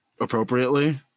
appropriately